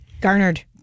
Garnered